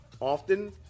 Often